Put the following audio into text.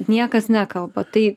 niekas nekalba tai